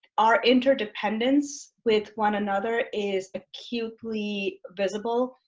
our interdependence with one another is acutely visible,